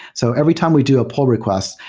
so every time we do a pull request,